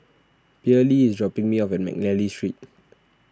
Pearley is dropping me off at McNally Street